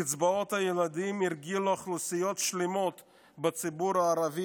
קצבאות הילדים הרגילו אוכלוסיות שלמות בציבור הערבי